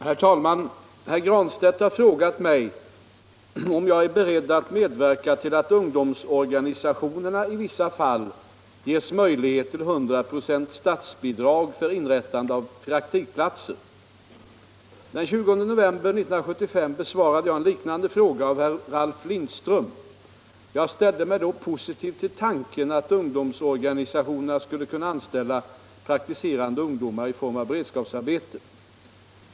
Herr talman! Herr Granstedt har frågat mig om jag är beredd att medverka till att ungdomsorganisationerna i vissa fall ges möjlighet till 100 96 statsbidrag för inrättande av praktikplatser. Den 20 november 1975 besvarade jag en liknande fråga av herr Ralf Lindström. Jag ställde mig då positiv till tanken att ungdomsorganisationerna skulle kunna anställa praktiserande ungdomar i beredskapsarbete.